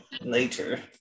later